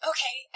Okay